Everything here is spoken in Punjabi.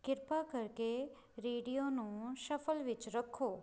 ਕਿਰਪਾ ਕਰਕੇ ਰੇਡੀਓ ਨੂੰ ਸ਼ਫਲ ਵਿੱਚ ਰੱਖੋ